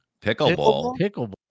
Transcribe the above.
Pickleball